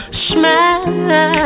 smile